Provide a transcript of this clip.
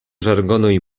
żargonu